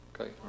Okay